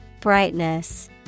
Brightness